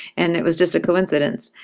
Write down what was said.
and it was just a coincidence.